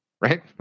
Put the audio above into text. right